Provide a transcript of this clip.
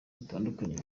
bitandukanye